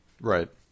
Right